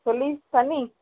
थुल्ही सन्ही